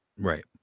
right